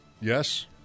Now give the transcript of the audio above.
Yes